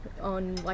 on